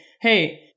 hey